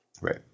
Right